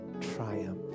triumph